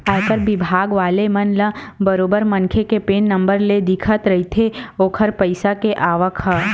आयकर बिभाग वाले मन ल बरोबर मनखे के पेन नंबर ले दिखत रहिथे ओखर पइसा के आवक ह